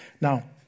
Now